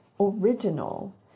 original